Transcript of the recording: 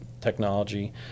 technology